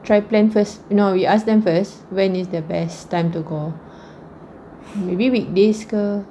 try plan first no we ask them first when is the best time to go maybe weekdays ke